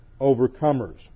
overcomers